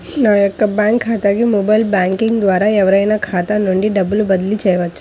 నా యొక్క బ్యాంక్ ఖాతాకి మొబైల్ బ్యాంకింగ్ ద్వారా ఎవరైనా ఖాతా నుండి డబ్బు బదిలీ చేయవచ్చా?